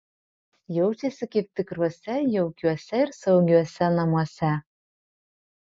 jaučiasi kaip tikruose jaukiuose ir saugiuose namuose